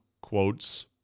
quotes